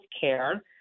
care